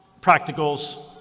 practicals